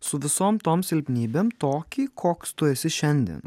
su visom tom silpnybėm tokį koks tu esi šiandien